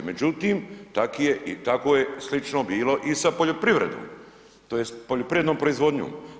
Međutim tako je slično bilo i sa poljoprivredom, tj. poljoprivrednom proizvodnjom.